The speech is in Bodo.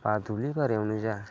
बा दुब्लि बारियावनो जा